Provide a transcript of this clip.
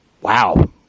wow